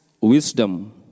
wisdom